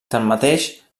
tanmateix